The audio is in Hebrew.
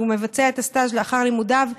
כשהוא מבצע את הסטאז' לאחר לימודיו,